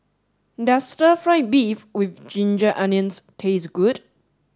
does stir fry beef with ginger onions taste good